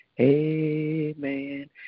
Amen